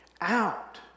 out